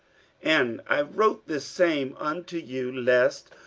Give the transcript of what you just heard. and i wrote this same unto you, lest,